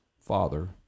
father